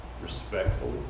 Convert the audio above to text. Respectfully